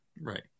Right